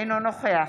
אינו נוכח